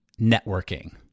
networking